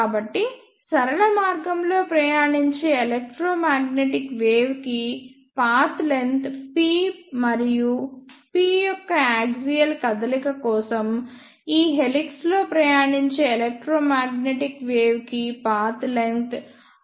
కాబట్టి సరళ మార్గంలో ప్రయాణించే ఎలెక్ట్రోమాగ్నెటిక్ వేవ్ కి పాత్ లెంగ్త్ p మరియు p యొక్క యాక్సియల్ కదలిక కోసం ఈ హెలిక్స్ లో ప్రయాణించే ఎలెక్ట్రోమాగ్నెటిక్ వేవ్ కి పాత్ లెంగ్త్ P22d2